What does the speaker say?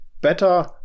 better